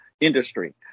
Industry